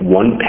one